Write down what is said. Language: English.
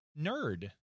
Nerd